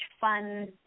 fun